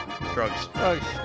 Drugs